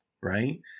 right